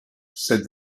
said